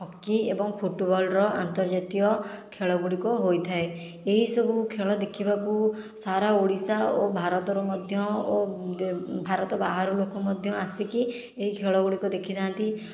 hockey ଏବଂ ଫୁଟୁବଲର ଆନ୍ତର୍ଜାତୀୟ ଖେଳ ଗୁଡ଼ିକ ହୋଇଥାଏ ଏହି ସବୁ ଖେଳ ଦେଖିବାକୁ ସାରା ଓଡ଼ିଶା ଓ ଭାରତର ମଧ୍ୟ ଓ ଭାରତ ବାହାରୁ ଲୋକ ମଧ୍ୟ ଆସିକି ଏଇ ଖେଳ ଗୁଡ଼ିକ ଦେଖି ଯାଆନ୍ତି